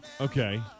Okay